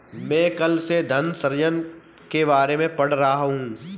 मैं कल से धन सृजन के बारे में पढ़ रहा हूँ